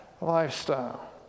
lifestyle